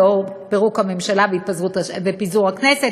לנוכח פירוק הממשלה ופיזור הכנסת,